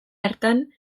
hartan